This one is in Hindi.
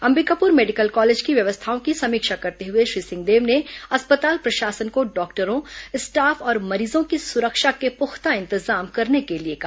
अंबिकापुर मेडिकल कालेज की व्यवस्थाओं की समीक्षा करते हुए श्री सिंहदेव ने अस्पताल प्रशासन को डॉक्टरों स्टॉफ और मरीजों की सुरक्षा के पुख्ता इंतजाम करने के लिए कहा